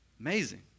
Amazing